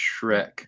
shrek